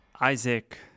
Isaac